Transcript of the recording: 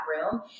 room